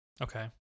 Okay